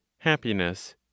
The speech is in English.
Happiness